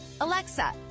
Alexa